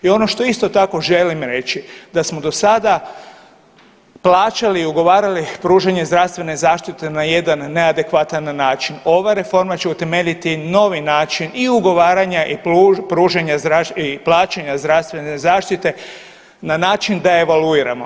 I ono što isto tako želim reći da smo do sada plaćali i ugovarali pružanje zdravstvene zaštite na jedan neadekvatan način, ova reforma će utemeljiti novi način i ugovaranja i plaćanja zdravstvene zaštite na način da je evaluiramo.